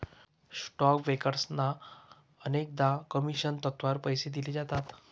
stock ब्रोकर्सना अनेकदा commission तत्त्वावर पैसे दिले जातात